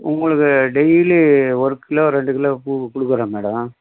உங்களுக்கு டெய்லி ஒரு கிலோ ரெண்டு கிலோ பூவு கொடுக்குறேன் மேடம்